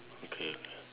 okay